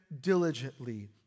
diligently